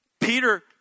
Peter